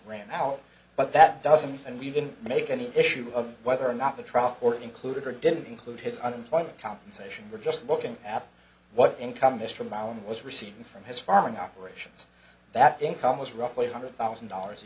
ran out but that doesn't and we didn't make any issue of whether or not the trial court included or didn't include his unemployment compensation we're just looking at what income mr amount was receiving from his farming operations that income was roughly eight hundred thousand dollars a